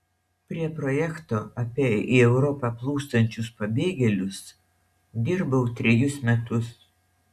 prie projekto apie į europą plūstančius pabėgėlius dirbau trejus metus